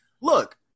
Look